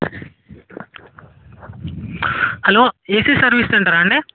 hello AC service centre అండి